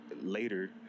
later